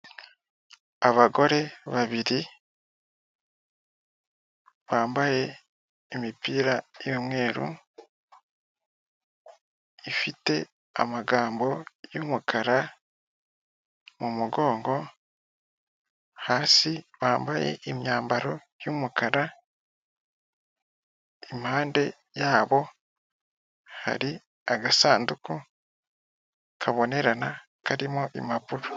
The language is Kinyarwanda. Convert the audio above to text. Abagore babiri bambaye imipira y'umweru, ifite amagambo y'umukara mu mugongo, hasi bambaye imyambaro y'umukara, impande yabo hari agasanduku kabonerana karimo impapuro.